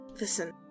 Listen